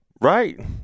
right